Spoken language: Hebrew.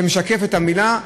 שמשקפת את המילה,